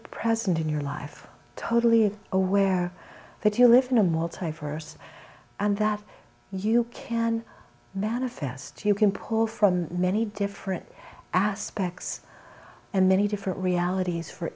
present in your life totally aware that you live in a multiverse and that you can manifest you can pour from many different aspects and many different realities for